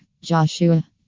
Joshua